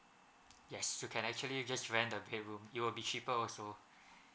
yes so can actually just rent a bedroom it will be cheaper also